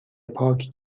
پاک